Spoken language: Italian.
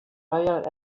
royal